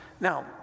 Now